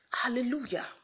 hallelujah